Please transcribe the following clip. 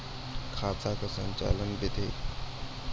खाता का संचालन बिधि?